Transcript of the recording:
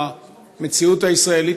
במציאות הישראלית,